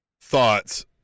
thoughts